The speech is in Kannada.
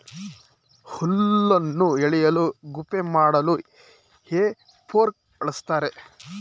ಹುಲ್ಲನ್ನು ಎಳೆಯಲು ಗುಪ್ಪೆ ಮಾಡಲು ಹೇ ಫೋರ್ಕ್ ಬಳ್ಸತ್ತರೆ